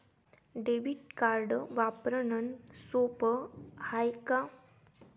Debit card वापरणं सोप हाय का?